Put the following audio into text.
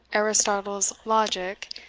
aristotle's logic,